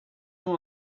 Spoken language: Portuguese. uma